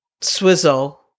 Swizzle